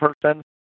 person